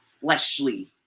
fleshly